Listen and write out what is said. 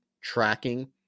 tracking